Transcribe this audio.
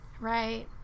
right